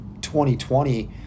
2020